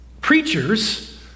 Preachers